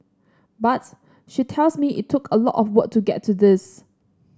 but she tells me it took a lot of work to get to this